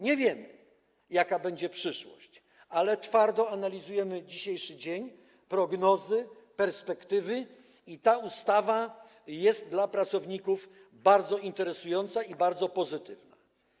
Nie wiemy, jaka będzie przyszłość, ale twardo analizujemy dzisiejszy dzień, prognozy, perspektywy i ta ustawa jest dla pracowników bardzo interesująca i bardzo pozytywna.